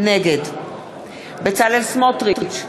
נגד בצלאל סמוטריץ,